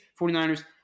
49ers